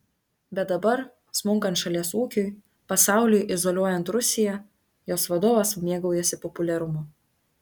bet dabar smunkant šalies ūkiui pasauliui izoliuojant rusiją jos vadovas mėgaujasi populiarumu